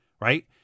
right